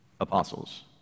apostles